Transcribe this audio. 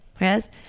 Yes